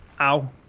Ow